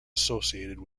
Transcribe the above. associated